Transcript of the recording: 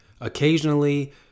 Occasionally